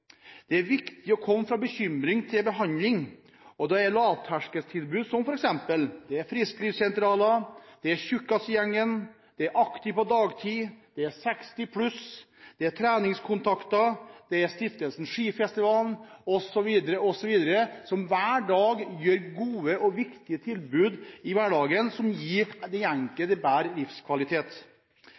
Det er viktig å komme fra bekymring til behandling, og da er det lavterskeltilbud som f.eks. frisklivsentraler, Tjukkasgjengen, Aktiv på Dagtid, 60pluss, treningskontakter, Stiftelsen Skifestivalen osv., som hver dag gir gode og viktige tilbud i hverdagen, som gir den enkelte bedre livskvalitet.